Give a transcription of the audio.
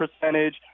percentage